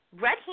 red